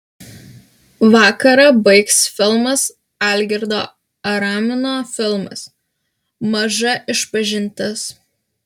vakarą baigs filmas algirdo aramino filmas maža išpažintis